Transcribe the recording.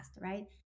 right